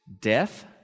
death